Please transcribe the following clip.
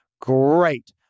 great